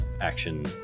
action